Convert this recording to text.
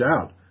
out